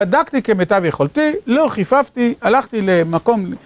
בדקתי כמיטב יכולתי, לא חיפפתי, הלכתי למקום.